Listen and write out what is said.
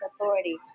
authority